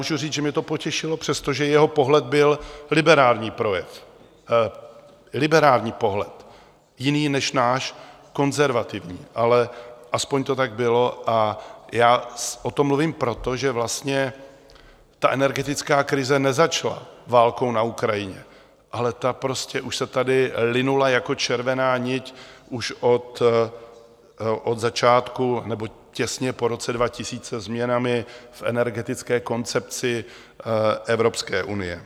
Můžu říct, že mě to potěšilo, přestože jeho pohled byl liberální projev, liberální pohled, jiný než náš konzervativní, ale aspoň to tak bylo, a já o tom mluvím proto, že vlastně ta energetická krize nezačala válkou na Ukrajině, ale ta už se tady linula jako červená nit už od začátku nebo těsně po roce 2000 změnami v energetické koncepci Evropské unie.